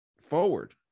forward